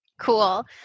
Cool